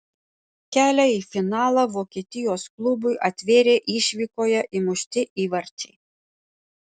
kelią į finalą vokietijos klubui atvėrė išvykoje įmušti įvarčiai